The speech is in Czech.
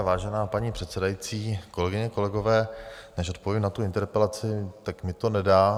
Vážená paní předsedající, kolegyně, kolegové, než odpovím na tu interpelaci, tak mi to nedá.